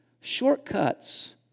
Shortcuts